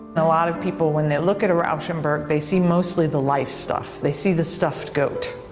a lot of people when they look at rauschenberg, they see mostly the life stuff, they see the stuffed goat.